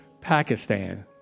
Pakistan